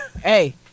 hey